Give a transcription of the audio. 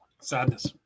Sadness